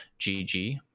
GG